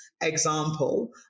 example